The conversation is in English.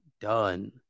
done